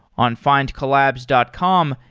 on findcollabs dot com,